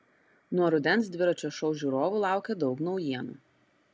nuo rudens dviračio šou žiūrovų laukia daug naujienų